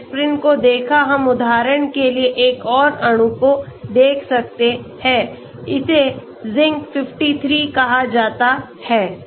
हमने एस्पिरिन को देखा हम उदाहरण के लिए एक और अणु को देख सकते हैं इसे Zinc53 कहा जाता है